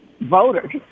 voters